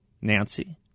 Nancy